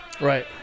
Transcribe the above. right